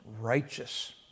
righteous